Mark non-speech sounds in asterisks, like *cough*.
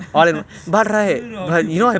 *laughs* துணுறு:tunuru all you bring ah